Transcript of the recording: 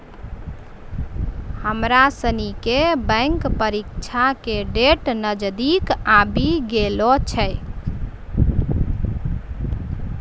हमरा सनी के बैंक परीक्षा के डेट नजदीक आवी गेलो छै